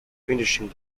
finishing